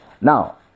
Now